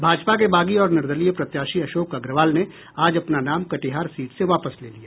भाजपा के बागी और निर्दलीय प्रत्याशी अशोक अग्रवाल ने आज अपना नाम कटिहार सीट से वापस ले लिया